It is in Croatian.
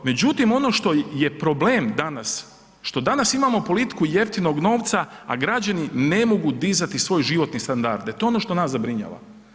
Međutim, ono što je problem danas, što danas imamo politiku jeftinog novca, a građana ne mogu dizati svoje životne standarde, to je ono što nas zabrinjava.